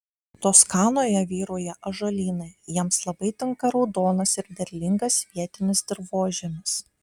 toskanoje vyrauja ąžuolynai jiems labai tinka raudonas ir derlingas vietinis dirvožemis